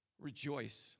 Rejoice